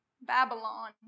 Babylon